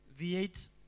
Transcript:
v8